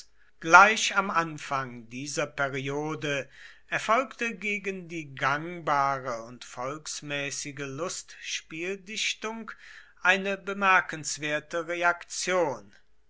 gleich am anfang dieser periode erfolgte gegen die gangbare und volksmäßige lustspieldichtung eine bemerkenswerte reaktion